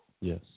Yes